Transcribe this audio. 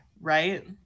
right